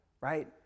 right